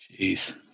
Jeez